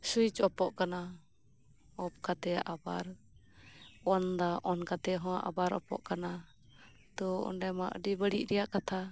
switch ᱚᱯᱚᱜ ᱠᱟᱱᱟ off ᱠᱟᱛᱮᱫ ᱟᱵᱟᱨ ᱚᱱ ᱫᱟ ᱚᱱ ᱠᱟᱛᱮᱫ ᱦᱚᱸ ᱟᱵᱟᱨ ᱚᱯᱚᱜ ᱠᱟᱱᱟ ᱛᱚ ᱚᱸᱰᱮ ᱢᱟ ᱟᱰᱤ ᱵᱟᱲᱤᱡ ᱨᱮᱭᱟᱜ ᱠᱟᱛᱷᱟ